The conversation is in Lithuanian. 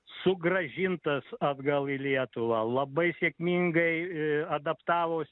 sugrąžintas atgal į lietuvą labai sėkmingai adaptavosi